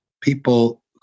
people